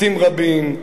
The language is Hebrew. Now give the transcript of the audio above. בתים רבים,